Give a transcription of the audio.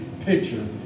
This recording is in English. picture